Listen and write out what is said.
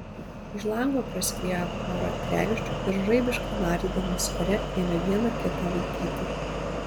už lango praskriejo pora kregždžių ir žaibiškai nardydamos ore ėmė viena kitą vaikyti